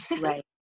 Right